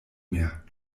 mehr